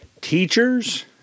Teachers